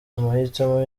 amahitamo